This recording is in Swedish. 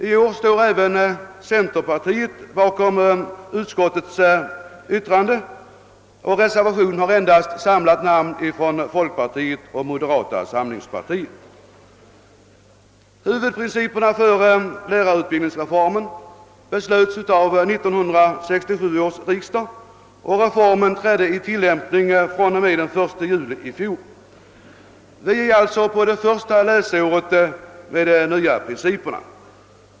I år står även centerpartiet bakom utskottets hemställan, och reservationen har endast samlat namn från folkpartiet och moderata samlingspartiet. | Huvudprinciperna för lärarutbildningsreformen beslöts av 1967 års riksdag, och reformen trädde i kraft den 1 juli i fjol. Vi är alltså inne på det första läsåret med de nya principerna.